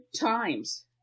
times